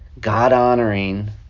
God-honoring